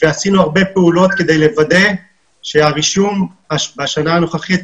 עשינו הרבה פעולות כדי לוודא שהרישום בשנה הנוכחית,